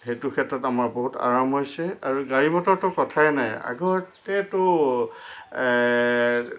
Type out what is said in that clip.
সেইটো ক্ষেত্ৰত আমাৰ বহুত আৰাম হৈছে আৰু গাড়ী মটৰতো কথাই নাই আগতেতো